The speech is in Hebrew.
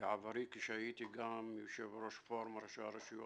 בעברי כשהייתי גם יושב-ראש פורום ראשי הרשויות,